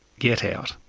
get out.